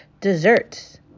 desserts